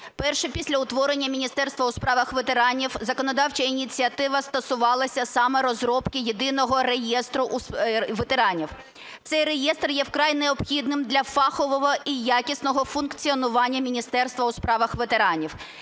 Перше. Після утворення Міністерства у справах ветеранів законодавча ініціатива стосувалася саме розробки єдиного реєстру ветеранів. Цей реєстр є вкрай необхідним для фахового і якісного функціонування Міністерства у справах ветеранів.